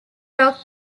rock